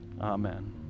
Amen